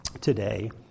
today